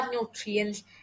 nutrients